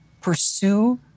pursue